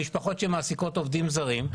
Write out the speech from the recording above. למשפחות שמעסיקות עובדים זרים.